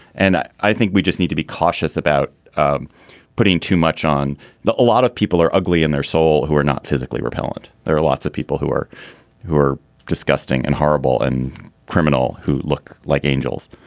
and i i think we just need to be cautious about um putting too much on that. a lot of people are ugly in their soul who are not physically repellent there are lots of people who are who are disgusting and horrible and criminal who look like angels.